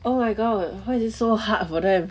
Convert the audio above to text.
oh my god why is it so hard for them